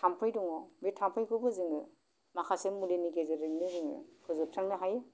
थाम्फै दङ बे थाम्फैखौबो जोङो माखासे मुलिनि गेजेरजोंनो जोङो फोजोबस्रांनो हायो